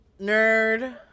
nerd